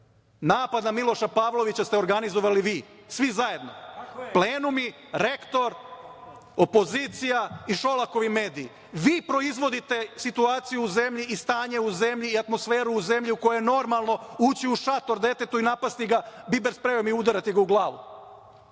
na Miloša Pavlovića ste organizovali vi, svi zajedno, plenumi, rektor, opozicija i Šolakovi mediji. Vi proizvodite situaciju u zemlji i stanje u zemlji i atmosferu u zemlji u kojoj je normalno ući u šator detetu i napasti ga biber sprejom i udarati ga u glavu.